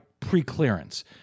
preclearance